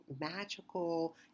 magical